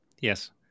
yes